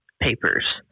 papers